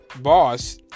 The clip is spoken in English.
boss